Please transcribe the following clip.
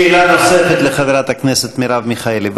שאלה נוספת לחברת הכנסת מרב מיכאלי.